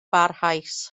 barhaus